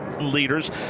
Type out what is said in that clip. leaders